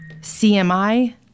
CMI